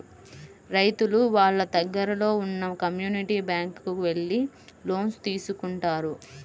రైతులు వాళ్ళ దగ్గరలో ఉన్న కమ్యూనిటీ బ్యాంక్ కు వెళ్లి లోన్స్ తీసుకుంటారు